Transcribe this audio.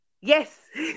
yes